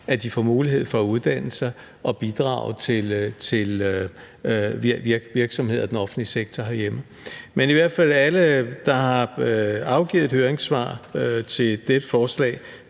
at de får mulighed for at uddannelse sig og at bidrage til virksomheder og den offentlige sektor herhjemme. Alle, der har afgivet høringssvar til dette forslag,